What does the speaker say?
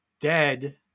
dead